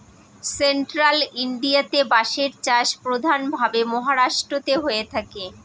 central ইন্ডিয়াতে বাঁশের চাষ প্রধান ভাবে মহারাষ্ট্রেতে হয়ে থাকে